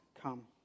come